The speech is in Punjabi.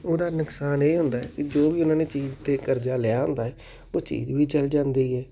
ਉਹਦਾ ਨੁਕਸਾਨ ਇਹ ਹੁੰਦਾ ਕਿ ਜੋ ਵੀ ਉਹਨਾਂ ਨੇ ਚੀਜ਼ 'ਤੇ ਕਰਜ਼ਾ ਲਿਆ ਹੁੰਦਾ ਉਹ ਚੀਜ਼ ਵੀ ਚਲ ਜਾਂਦੀ ਹੈ